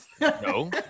no